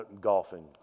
golfing